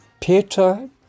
Peter